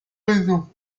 raisons